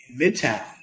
midtown